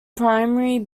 primary